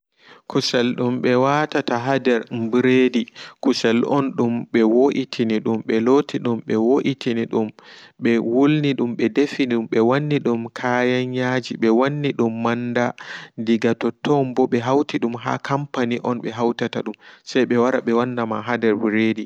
Kusel dum ɓe watata a nder bredi kusel on dum ɓe woitini dum ɓe wulnidum ɓe defi dum ɓewannidum kayan yaaji ɓewannidum manda tiga totton ɓo ɓehautidum ha kampani on ɓehautata dum seɓewara ɓe wannama ha nder ɓredi.